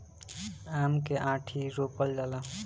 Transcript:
आम के आंठी रोपल जाला